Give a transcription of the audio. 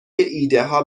ایدهها